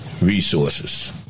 resources